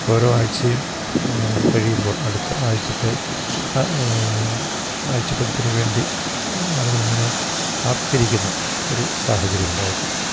ഓരോ ആഴ്ചയും കഴിയുമ്പോൾ അടുത്ത ആഴ്ചത്തെ ആഴ്ചപ്പതിപ്പിന് വേണ്ടി ആളുകളിങ്ങനെ കാത്തിരിക്കുന്ന ഒരു സാഹചര്യമുണ്ടായിരുന്നു